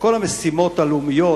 לכל המשימות הלאומיות,